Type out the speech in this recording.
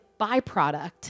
byproduct